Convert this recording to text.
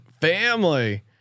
family